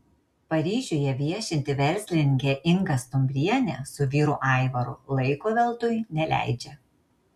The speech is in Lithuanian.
paryžiuje viešinti verslininkė inga stumbrienė su vyru aivaru laiko veltui neleidžia